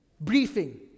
Briefing